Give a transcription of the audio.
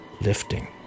lifting